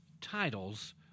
titles